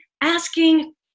asking